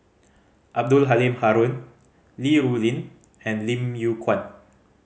Abdul Halim Haron Li Rulin and Lim Yew Kuan